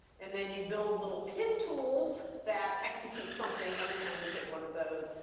and then you build little pin tools that execute something every time you hit one of those,